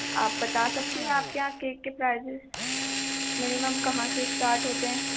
آپ بتا سکتی ہیں آپ کے یہاں کیک کے پرائزیز منیمم کہاں سے اسٹارٹ ہوتے ہیں